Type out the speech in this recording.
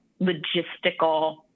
logistical